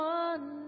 one